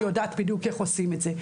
אני יודעת בדיוק איך עושים את זה.